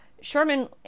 Sherman